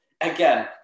again